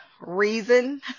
reason